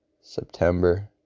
September